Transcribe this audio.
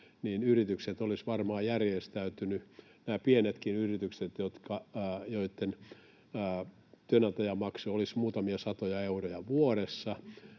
niin yritykset olisivat varmaan järjestäytyneet, nämä pienetkin yritykset, joitten työnantajamaksu olisi muutamia satoja euroja vuodessa.